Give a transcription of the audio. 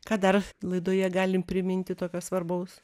ką dar laidoje galim priminti tokio svarbaus